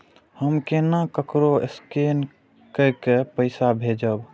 हम केना ककरो स्केने कैके पैसा भेजब?